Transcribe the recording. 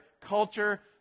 culture